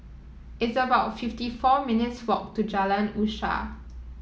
it's about fifty four minutes' walk to Jalan Usaha